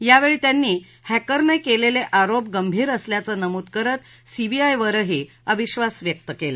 यावेळी त्यांनी हॅकरने केलेले आरोप गंभीर असल्याचं नमूद करत सीबीआयवरही अविधास व्यक्त केला